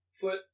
foot